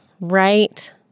right